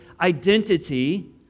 identity